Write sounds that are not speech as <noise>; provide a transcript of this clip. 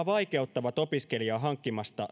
<unintelligible> vaikeuttavat opiskelijan lisätulon hankkimista